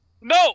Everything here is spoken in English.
No